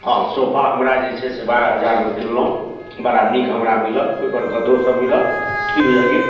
हँ सोफा हमरा जे छै से बारह हजारमे किनलहुँ बड़ा नीक हमरा मिलल ओहि पर गद्दो सभ मिलल कि बुझलियै